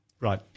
Right